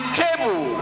table